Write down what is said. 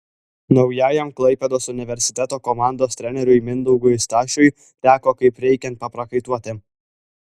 naujajam klaipėdos universiteto komandos treneriui mindaugui stašiui teko kaip reikiant paprakaituoti